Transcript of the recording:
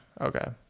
Okay